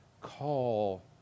call